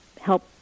help